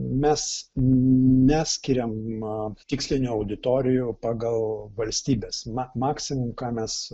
mes neskiriam tikslinių auditorijų pagal valstybes ma maksimum ką mes